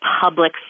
public